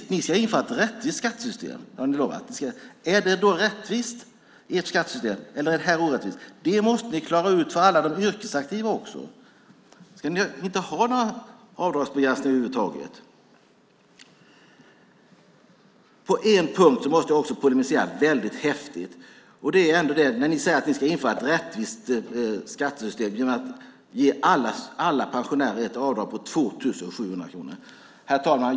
Ni har lovat att införa ett rättvist skattesystem. Är då ert skattesystem rättvist och detta orättvist? Det måste ni klara ut för alla de yrkesaktiva. Ska ni inte ha några avdragsbegränsningar över huvud taget? På en punkt måste jag polemisera häftigt. Ni säger att ni ska införa ett rättvist skattesystem genom att ge alla pensionärer ett avdrag på 2 700 kronor. Herr talman!